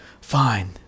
Fine